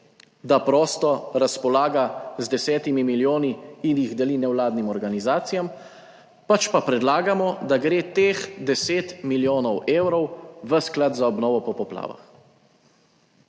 da prosto razpolaga z 10 milijoni in jih deli nevladnim organizacijam, pač pa predlagamo, da gre teh 10 milijonov evrov v Sklad za obnovo po poplavah.